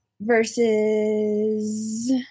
versus